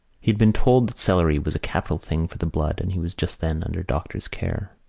had been told that celery was a capital thing for the blood and he was just then under doctor's care.